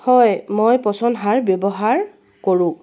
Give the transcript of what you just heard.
হয় মই পচন সাৰ ব্যৱহাৰ কৰোঁ